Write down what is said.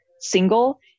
single